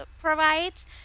provides